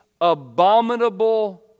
abominable